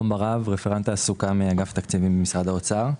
אני רפרנט תעסוקה באגף התקציבים במשרד האוצר.